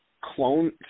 clone